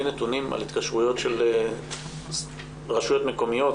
נתונים על התקשרויות של רשויות מקומיות,